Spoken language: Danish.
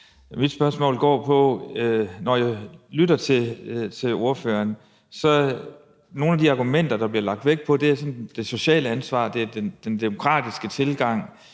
og opmuntrende at lytte til ordførerens argumenter. Nogle af de argumenter, der bliver lagt vægt på, er det sociale ansvar, den demokratiske tilgang